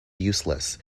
useless